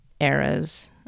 eras